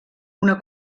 una